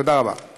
תודה רבה, אדוני.